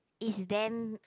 if then